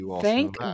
Thank